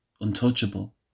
untouchable